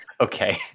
Okay